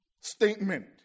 statement